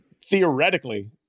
theoretically –